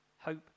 Hope